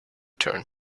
turn